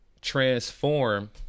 transform